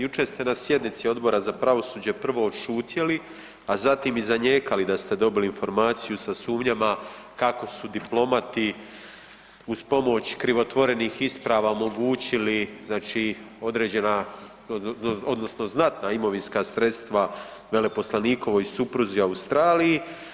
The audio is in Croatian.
Jučer ste na sjednici Odbora za pravosuđe prvo šutjeli, a zatim i zanijekali da ste dobili informaciju sa sumnjama kako su diplomati uz pomoć krivotvorenih isprava omogućili, znači određena, odnosna znatna imovinska sredstva veleposlanikovoj supruzi u Australiji.